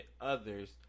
others